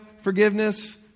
forgiveness